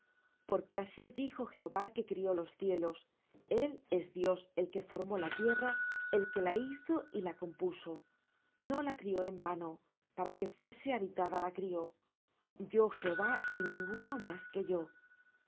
porque así dijo jehová que crió los cielos él es dios el que formó la tierra el que la hizo y la compuso no la crió en vano para que fuese habitada la crió yo jehová y ninguno más que yo